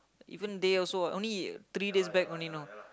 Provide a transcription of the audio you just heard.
even they also what only three days back only know